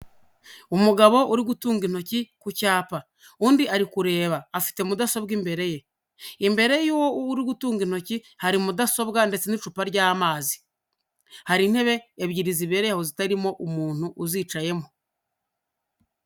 Umugabo uri gutunga intoki ku cyapa, undi ari kureba afite mudasobwa, imbere y'uwo uri gutunga intoki hari mudasobwa ndetse n'icupa ry'amazi, hari intebe ebyiri zibereye aho zitarimo umuntu uzicayemo.